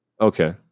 Okay